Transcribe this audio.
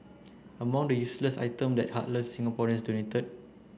among the useless items that heartless Singaporeans donated